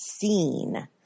seen